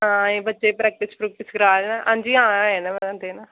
हां एह् बच्चे गी प्रैक्टिस प्रुक्टिस करा दे न हां जी हां ऐ न मतलब दिन